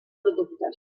productes